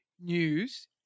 news